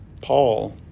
Paul